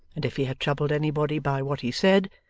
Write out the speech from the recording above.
and if he had troubled anybody by what he said,